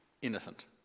innocent